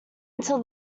until